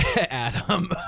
Adam